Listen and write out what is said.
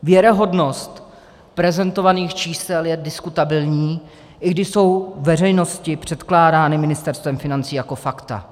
Věrohodnost prezentovaných čísel je diskutabilní, i když jsou veřejnosti předkládány Ministerstvem financí jako fakta.